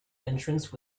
entrance